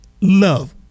love